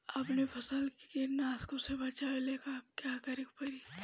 अपने फसल के कीटनाशको से बचावेला का करे परी?